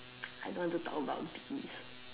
I don't want to talk about this